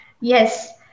Yes